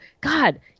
God